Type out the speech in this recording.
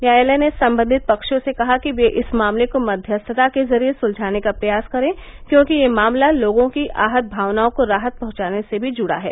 न्यायालय ने संबंधित पक्षों से कहा कि ये इस मामले को मध्यस्थता के जरिए सुलझाने का प्रयास करें क्योंकि यह मामला लोगों की आहत भावनाओं को राहत पहंचाने से भी जुड़ा है